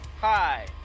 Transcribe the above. hi